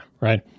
right